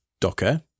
Docker